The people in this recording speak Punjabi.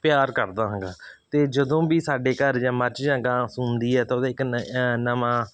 ਪਿਆਰ ਕਰਦਾ ਹੈਗਾ ਅਤੇ ਜਦੋਂ ਵੀ ਸਾਡੇ ਘਰ ਜਾਂ ਮੱਝ ਜਾਂ ਗਾਂ ਸੂੰਦੀ ਆ ਤਾਂ ਉਹਦੇ ਇੱਕ ਨ ਨਵਾਂ